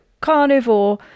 carnivore